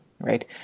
right